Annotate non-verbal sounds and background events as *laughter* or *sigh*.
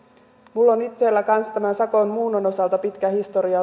minulla itselläni on tämän sakon muunnon osalta pitkä historia *unintelligible*